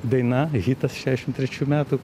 daina hitas šešiasdešimt trečių metų